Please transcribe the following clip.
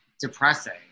depressing